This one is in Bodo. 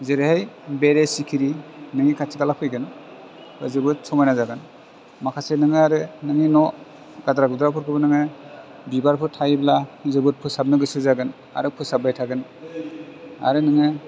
जेरैहाइ बेरे सिखिरि नोंनि खाथि खाला फैगोन जोबोर समायना जागोन माखासे नोङो आरो नोंनि न' गाद्रा गुद्रा फोरखौबो नोङो बिबारफोर थायोब्ला जोबोर फोसाबनो गोसो जागोन आरो फोसाबबाय थागोन आरो नोङो